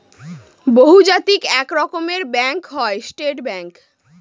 বহুজাতিক এক রকমের ব্যাঙ্ক হয় স্টেট ব্যাঙ্ক